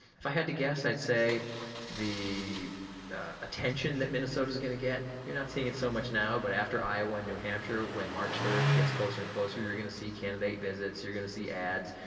if i had to guess, i'd say the attention that minnesota is gonna get, you're not seeing it so much now but after iowa, new hampshire, when march third gets closer and closer you're gonna see candidate visits, you're gonna see ads,